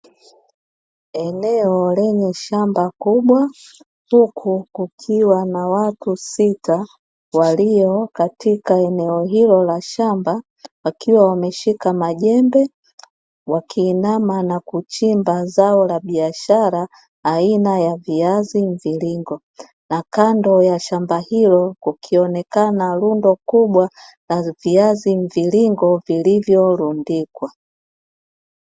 Eneo la shamba kubwa, huku kukiwa na watu sita walio katika eneo hilo la shamba, wakiwa wameshika majembe, wakiinama na kuchimba zao la biashara aina ya viazi mviringo. Kando ya shamba hilo kunaonekana rundo kubwa la viazi mviringo vilivyorundikwa.